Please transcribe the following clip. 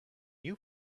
you